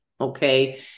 okay